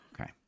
okay